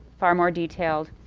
far more detailed